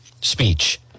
speech